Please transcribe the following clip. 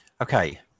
Okay